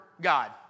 God